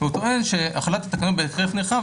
הוא טוען שהחלת התקנות בהיקף נרחב,